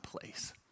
place